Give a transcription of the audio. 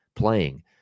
playing